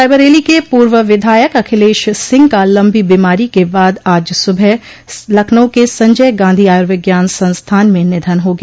रायबरेली के पूर्व विधायक अखिलेश सिंह का लम्बी बीमारी के बाद आज सुबह लखनऊ के संजय गांधी आयूर्विज्ञान संस्थान में निधन हो गया